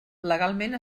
legalment